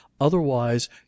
otherwise